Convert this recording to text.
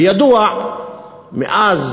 וידוע מאז